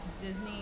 Disney